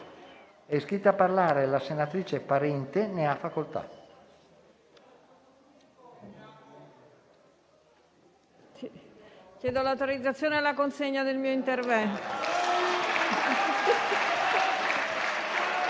È iscritta a parlare la senatrice Binetti. Ne ha facoltà.